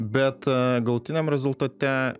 bet galutiniam rezultate